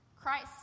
Christ